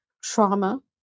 trauma